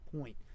point